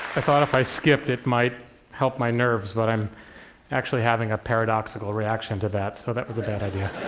i thought if i skipped it might help my nerves, but i'm actually having a paradoxical reaction to that, so that was a bad idea.